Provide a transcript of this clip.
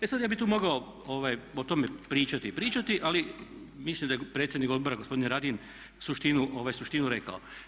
E sad ja bih tu mogao o tome pričati i pričati, ali mislim da je predsjednik odbora gospodin Radin suštinu rekao.